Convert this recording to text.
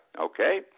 okay